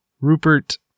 Rupert